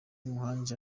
muhangi